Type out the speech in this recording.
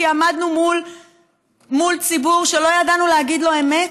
עמדנו מול ציבור שלא ידענו להגיד לו אמת?